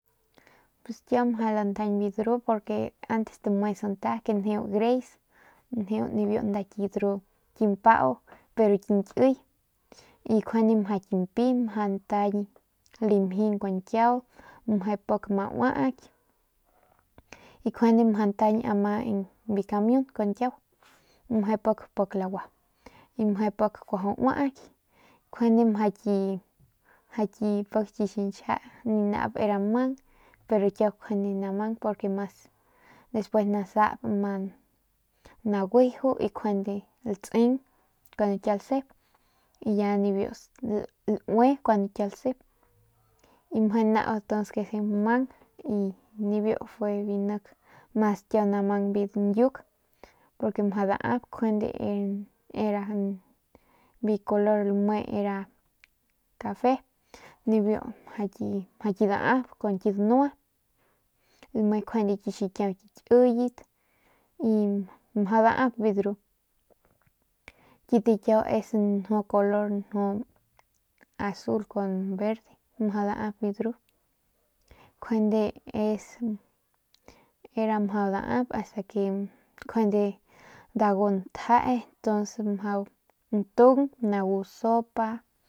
Pus kiau mjau lantañ biu dru porque antes tame santa ke njeu greis njeu nda ki ndru ki mpau mjau ki nkiy pero mjau ki mpi mjau ntañ lamjin kun kiau meje pik ma uaki y njuande mjau ntaiñ njau biu kamiun kun kiau meje pik kiau lagua y meje pik kuajau uaky y njuande mjau pik ki xinchja ni nau era mang pero kiau njuande namang porque mas despues njuande nasap nkjuande naguiju y njuande latseng kun kiau lasep y ya nibiu laui kun kiua lasep y meje nau ntuns kese mang y nibiu fue biu nik kiau mas namang biu ñyuk porque mjau daap nkjuande y era biu color lame era cafe nibiu era mjau ki dap kun ki danua lame nkjuande ki xikiau ki kiyet y mjau dap biu dru kit kiau nju ki color azul con verde mjau dap biu ndru nkjuende es era mjau dap biu dru njuande ast ke dagu ntjee ntuns mjau natung nagu sopa.